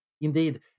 Indeed